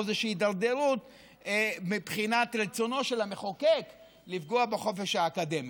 איזושהי הידרדרות מבחינת רצונו של המחוקק לפגוע בחופש האקדמי.